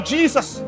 Jesus